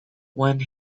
when